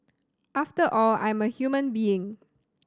after all I'm a human being